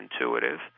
intuitive